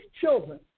children